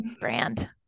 brand